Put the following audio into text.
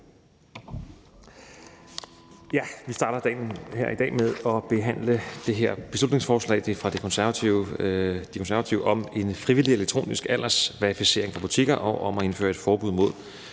det. Vi starter dagen her i dag med at behandle det her beslutningsforslag – det er fra De Konservative – om en frivillig elektronisk aldersverificering for butikker og om at indføre et forbud mod